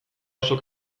oso